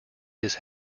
his